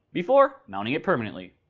before mounting it permanently.